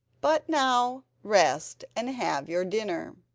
but now rest and have your dinner